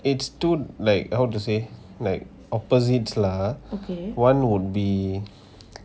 it dude like how to say like opposite lah one would be